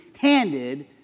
handed